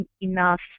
enough